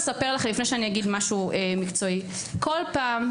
כל פעם,